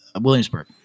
williamsburg